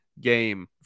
game